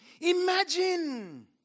Imagine